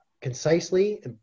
concisely